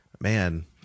Man